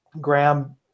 Graham